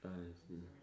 I see